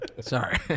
Sorry